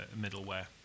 middleware